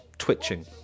Twitching